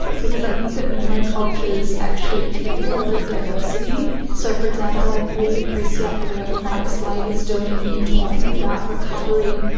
because i think that monocultures actually kill a lot of diversity. so, for example, i really appreciate the work mike slade is doing in talking about recovery.